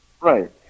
Right